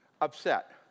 upset